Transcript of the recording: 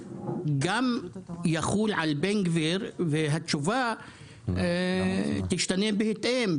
הוא גם יחול על בן גביר והתשובה תשתנה בהתאם.